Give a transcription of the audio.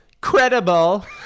Credible